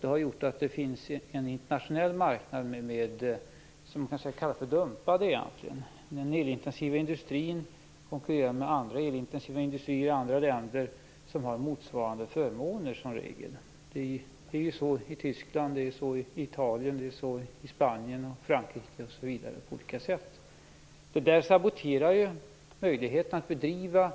Det har gjort att det finns en internationell marknad, som man kan säga är dumpad. Den elintensiva industrin konkurrerar med andra elintensiva industrier i andra länder som i regel har motsvarande förmåner. Så är det i Tyskland, Italien, Spanien, Frankrike osv. Detta saboterar möjligheterna att bedriva